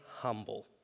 humble